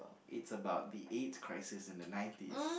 it's about the A I D S crisis in the nineties